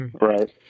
Right